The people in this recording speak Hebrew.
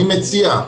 אני מציע,